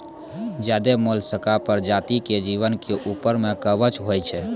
ज्यादे मोलसका परजाती के जीव के ऊपर में कवच होय छै